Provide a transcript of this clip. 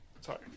Sorry